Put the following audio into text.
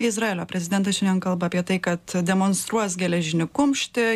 izraelio prezidentas šiandien kalba apie tai kad demonstruos geležinį kumštį